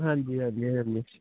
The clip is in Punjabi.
ਹਾਂਜੀ ਹਾਂਜੀ ਹਾਂਜੀ